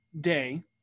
day